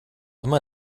immer